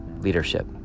leadership